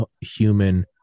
human